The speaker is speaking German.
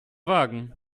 wagen